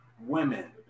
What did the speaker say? women